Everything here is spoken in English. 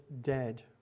dead